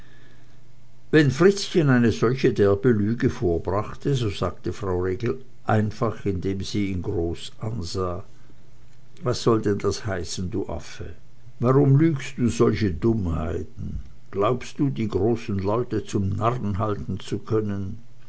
wenn fritzchen eine solche derbe lüge vorbrachte so sagte frau regel einfach indem sie ihn groß ansah was soll denn das heißen du affe warum lügst du solche dummheiten glaubst du die großen leute zum narren halten zu können